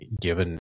given